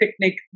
picnic